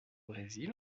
brésil